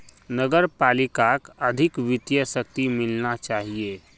नगर पालिकाक अधिक वित्तीय शक्ति मिलना चाहिए